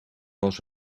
was